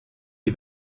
die